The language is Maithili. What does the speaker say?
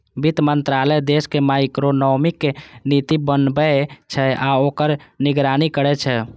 वित्त मंत्रालय देशक मैक्रोइकोनॉमिक नीति बनबै छै आ ओकर निगरानी करै छै